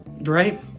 Right